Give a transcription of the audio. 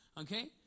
Okay